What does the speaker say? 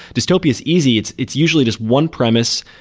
dystopia is easy. it's it's usually just one premise,